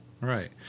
Right